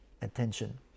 attention